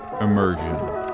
Immersion